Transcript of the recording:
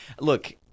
look